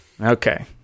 Okay